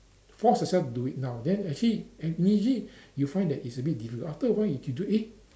force yourself to do it now then actually maybe you find that it's a bit difficult after a while if you do it eh